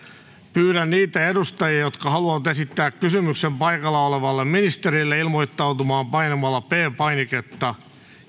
pyydän niitä edustajia jotka haluavat esittää kysymyksen paikalla olevalle ministerille ilmoittautumaan painamalla p painiketta